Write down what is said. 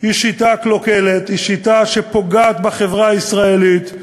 היא שיטה קלוקלת, היא שיטה שפוגעת בחברה הישראלית,